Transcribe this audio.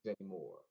anymore